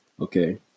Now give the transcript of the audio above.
Okay